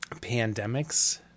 Pandemics